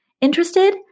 Interested